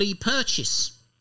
purchase